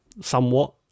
somewhat